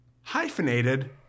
Hyphenated